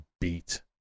beat